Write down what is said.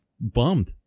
bummed